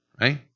right